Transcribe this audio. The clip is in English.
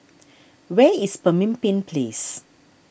where is Pemimpin Place